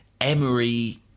Emery